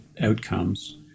outcomes